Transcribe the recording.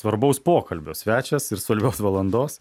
svarbaus pokalbio svečias ir svarbios valandos